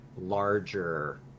larger